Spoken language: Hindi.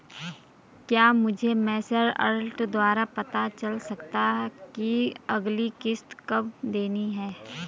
क्या मुझे मैसेज अलर्ट द्वारा पता चल सकता कि अगली किश्त कब देनी है?